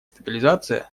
стабилизация